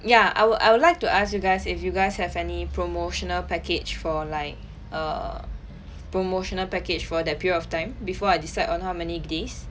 ya I would I would like to ask you guys if you guys have any promotional package for like err promotional package for that period of time before I decide on how many days